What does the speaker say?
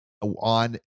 on